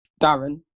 darren